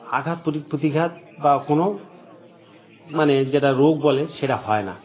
আঘাত প্রতিঘাত বা কোনো মানে যেটা রোগ বলে সেটা হয় না